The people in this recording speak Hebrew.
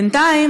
בינתיים,